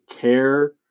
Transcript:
care